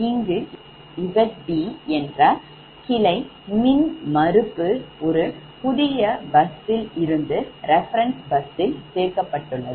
இங்கு Zb என்ற கிளை மின்மறுப்பு ஒரு புதிய busல் இருந்து reference busல் சேர்க்கப்பட்டுள்ளது